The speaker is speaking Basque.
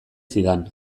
zidan